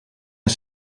een